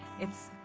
it's. ah!